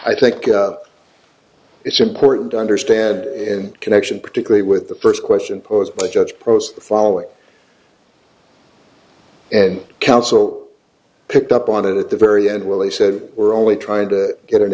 i think it's important to understand in connection particularly with the first question posed by judge pros the following and counsel picked up on it at the very end when they said we're only trying to get an